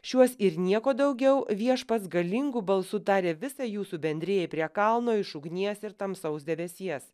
šiuos ir nieko daugiau viešpats galingu balsu tarė visai jūsų bendrijai prie kalno iš ugnies ir tamsaus debesies